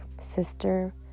sister